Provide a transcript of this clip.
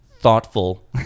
Thoughtful